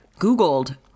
Googled